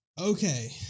Okay